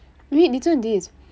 wait listen to this